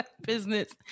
Business